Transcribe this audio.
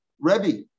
Rebbe